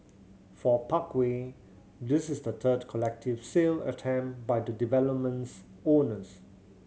for Parkway this is the third collective sale attempt by the development's owners